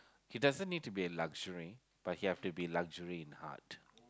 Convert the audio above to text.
he doesn't need to be a luxury but he have to be luxury in heart